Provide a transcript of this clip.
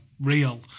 real